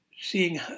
seeing